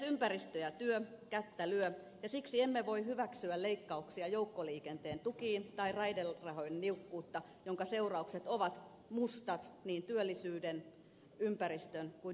ympäristö ja työ kättä lyö ja siksi emme voi hyväksyä leikkauksia joukkoliikenteen tukiin tai raiderahojen niukkuutta jonka seuraukset ovat mustat niin työllisyyden ympäristön kuin junamatkustajienkin kannalta